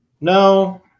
No